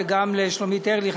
וגם לשלומית ארליך.